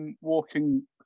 walking